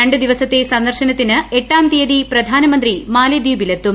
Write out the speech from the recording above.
ര ു ദിവസത്തെ സന്ദർശനത്തിന് എട്ടാം തീയതി പ്രധാനമന്ത്രി മാലിദ്വീപിലെത്തു